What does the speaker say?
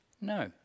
No